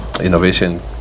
innovation